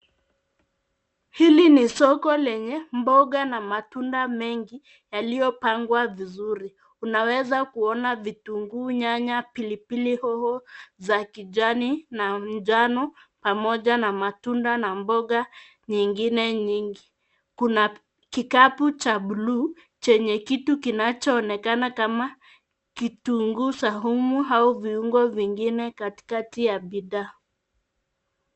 Hili ni soko lenye mboga na matunda mengi yaliyopangwa vizuri. Unaweza kuona vitunguu, nyanya, pilipili, hoho za kijani na njano, pamoja na matunda na mboga nyingine nyingi. Kuna kikapu cha blue , chenye kitu kinachoonekana kama kitunguu saumu au viungo vingine katikati ya bidhaa.